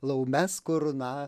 laumes kur na